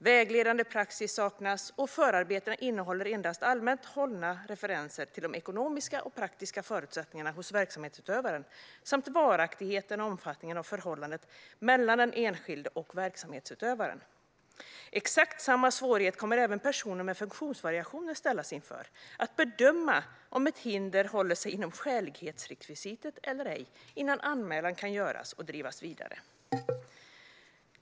Vägledande praxis saknas, och förarbetena innehåller endast allmänt hållna referenser till de ekonomiska och praktiska förutsättningarna hos verksamhetsutövaren samt varaktigheten och omfattningen av förhållandet mellan den enskilde och verksamhetsutövaren. Exakt samma svårighet kommer även personer med funktionsvariationer att ställas inför, det vill säga att bedöma om ett hinder håller sig inom skälighetsrekvisitet eller ej innan anmälan kan göras och drivas vidare.